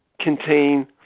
contain